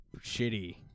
shitty